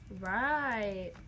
Right